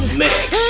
mix